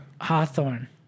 Hawthorne